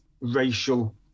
racial